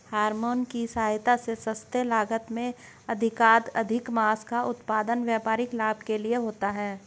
hormone की सहायता से सस्ते लागत में अधिकाधिक माँस का उत्पादन व्यापारिक लाभ के लिए होता है